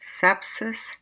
sepsis